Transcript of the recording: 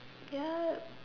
yup